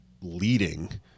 leading